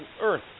earth